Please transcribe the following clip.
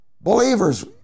Believers